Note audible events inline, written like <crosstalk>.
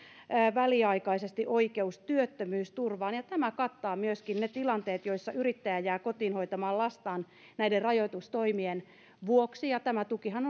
väliaikaisesti oikeus työttömyysturvaan ja tämä kattaa myöskin ne tilanteet joissa yrittäjä jää kotiin hoitamaan lastaan näiden rajoitustoimien vuoksi ja tämä tukihan <unintelligible>